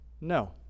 No